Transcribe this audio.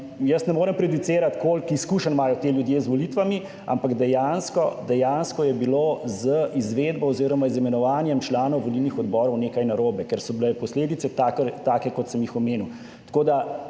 Jaz ne morem prejudicirat, koliko izkušenj imajo ti ljudje z volitvami, ampak dejansko je bilo z izvedbo oziroma z imenovanjem članov volilnih odborov nekaj narobe, ker so bile posledice take, kot sem jih omenil.